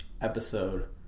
episode